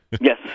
Yes